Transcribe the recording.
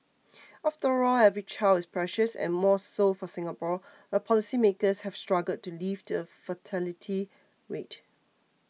after all every child is precious and more so for Singapore where policymakers have struggled to lift the fertility rate